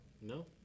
No